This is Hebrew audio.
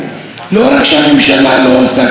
היא מסכנת אותן עוד יותר.